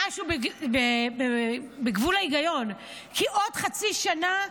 משהו בגבול ההיגיון, כי עוד חצי שנה,